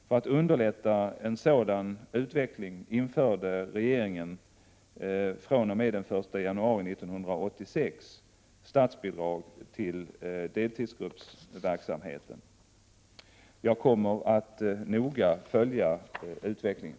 För att underlätta en sådan utveckling införde regeringen fr.o.m. den 1 januari 1986 statsbidrag till deltidsgruppsverksamheten. Jag kommer att noga följa utvecklingen.